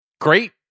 great